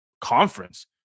conference